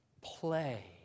play